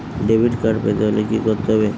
Debit card পেতে হলে কি করতে হবে?